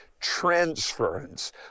transference